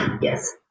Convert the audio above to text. yes